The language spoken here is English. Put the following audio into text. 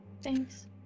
Thanks